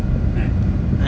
eh